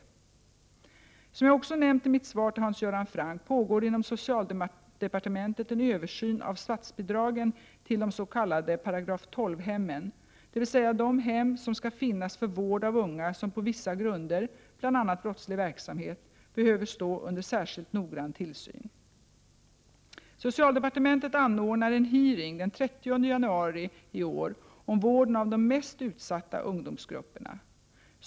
19 Som jag också nämnt i mitt svar till Hans Göran Franck pågår det inom socialdepartementet en översyn av statsbidragen till de s.k. § 12-hemmen, dvs. de hem som skall finnas för vård av unga som på vissa grunder, bl.a. brottslig verksamhet, behöver stå under särskilt noggrann tillsyn. Socialdepartementet anordnar en hearing den 30 januari om vården av de mest utsatta ungdomsgrupperna.